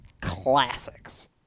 classics